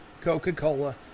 coca-cola